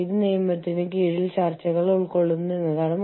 മൾട്ടിനാഷണലിൽ ഇത് സ്കെയിൽ മാത്രമാണ്